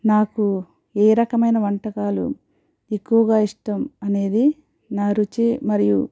నాకు ఏ రకమైన వంటకాలు ఎక్కువగా ఇష్టం అనేది నా రుచి మరియు